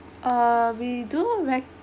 err we do rec~